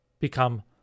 become